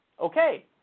okay